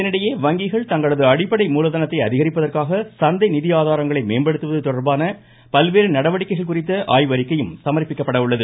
இதனிடையே வங்கிகள் தங்களது அடிப்படை மூலதனத்தை அதிகரிப்பதற்காக சந்தை நிதி ஆதாரங்களை மேம்படுத்துவது தொடர்பான பல்வேறு நடவடிக்கைகள் குறித்த ஆய்வு அறிக்கையும் சம்ப்பிக்கப்பட உள்ளது